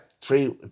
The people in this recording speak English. three